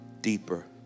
deeper